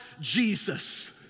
Jesus